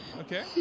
okay